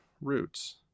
Roots